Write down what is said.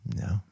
no